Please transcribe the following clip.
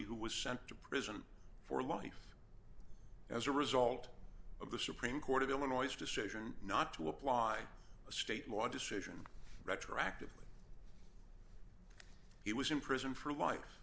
who was sent to prison for life as a result of the supreme court of illinois decision not to apply a state law decision retroactively he was in prison for life